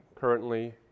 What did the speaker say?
currently